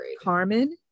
Carmen